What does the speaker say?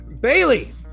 Bailey